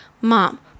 mom